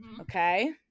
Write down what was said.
Okay